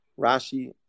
Rashi